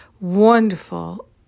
wonderful